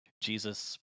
Jesus